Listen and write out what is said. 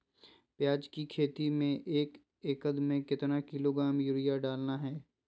प्याज की खेती में एक एकद में कितना किलोग्राम यूरिया डालना है?